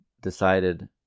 decided